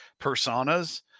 personas